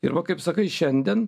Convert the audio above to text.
ir va kaip sakai šiandien